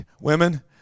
women